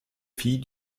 fille